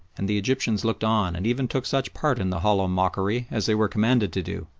and the egyptians looked on and even took such part in the hollow mockery as they were commanded to do,